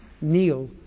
Neil